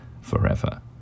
forever